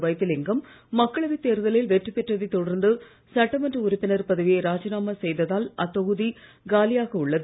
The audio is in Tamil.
வைத்திலிங்கம் மக்களவைத் தேர்தலில் வெற்றிபெற்றதைத் தொடர்ந்து சட்டமன்ற உறுப்பினர் பதவியை ராஜிநாமா செய்ததால் அத்தொகுதி காலியாக உள்ளது